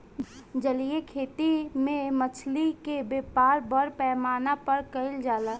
जलीय खेती में मछली के व्यापार बड़ पैमाना पर कईल जाला